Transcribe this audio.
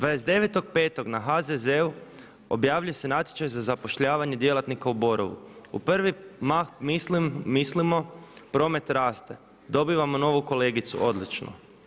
29.5. na HZZ-u objavljuje se natječaj za zapošljavanje djelatnika u Borovu u prvi mah mislimo promet raste, dobivamo novu kolegicu, odlično.